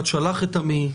עמי.